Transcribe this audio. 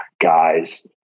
guys